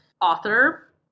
author